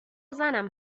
زنم